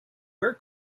where